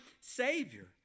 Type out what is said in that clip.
Savior